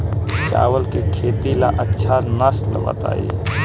चावल के खेती ला अच्छा नस्ल बताई?